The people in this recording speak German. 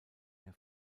der